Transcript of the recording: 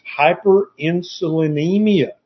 hyperinsulinemia